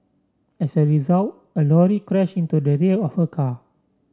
as a result a lorry crashed into the rear of her car